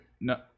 No